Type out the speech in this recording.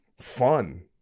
fun